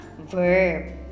verb